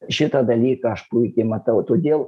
šitą dalyką aš puikiai matau todėl